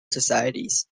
societies